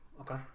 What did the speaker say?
Okay